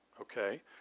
Okay